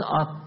up